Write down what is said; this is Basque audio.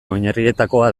oinarrietakoa